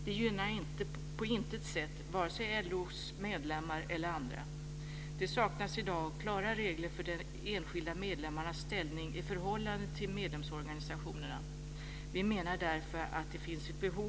Det gynnar på intet sätt vare sig LO:s medlemmar eller andra. Det saknas i dag klara regler för de enskilda medlemmarnas ställning i förhållande till medlemsorganisationerna.